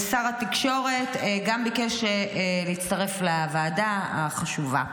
ושר התקשורת גם ביקשו להצטרף לוועדה החשובה.